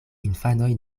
infanoj